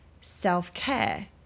self-care